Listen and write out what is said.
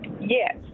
Yes